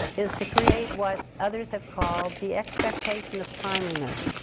is to create what others have called the expectation of timeliness.